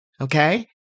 Okay